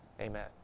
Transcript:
Amen